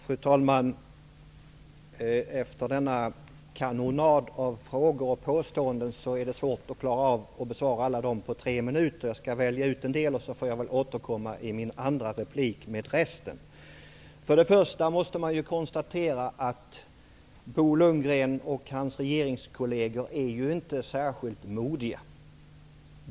Fru talman! Det blir svårt att klara av denna kanonad av frågor och påståenden på tre minuter. Jag skall välja ut en del och sedan får jag återkomma till resten i min andra replik. Till att börja med måste man konstatera att Bo Lundgren och hans regeringskolleger inte är särskilt modiga.